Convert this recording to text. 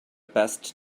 best